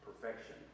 Perfection